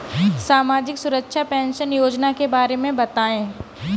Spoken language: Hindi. सामाजिक सुरक्षा पेंशन योजना के बारे में बताएँ?